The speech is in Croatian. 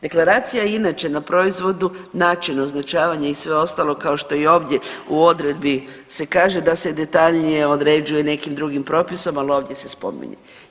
Deklaracija je inače na proizvodu, način označavanja i sve ostalo kao što je i ovdje, u odredbi se kaže da se detaljnije određuje nekim drugim propisom, ali ovdje se spominje.